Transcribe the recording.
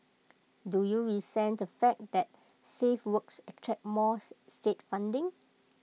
do you resent the fact that safe works attract more state funding